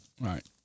right